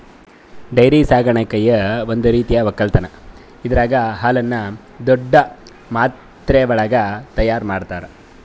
dairy ಸಾಕಾಣಿಕೆಯು ಒಂದ್ ರೀತಿಯ ಒಕ್ಕಲತನ್ ಇದರಾಗ್ ಹಾಲುನ್ನು ದೊಡ್ಡ್ ಮಾತ್ರೆವಳಗ್ ತೈಯಾರ್ ಮಾಡ್ತರ